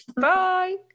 Bye